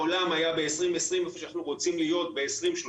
העולם היה ב-2020 איפה שאנחנו רוצים להיות ב-2030.